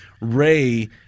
Ray